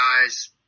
guys